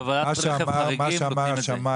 בוועדת רכב חריגים נותנים את זה.